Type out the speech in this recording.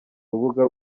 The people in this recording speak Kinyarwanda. urubuga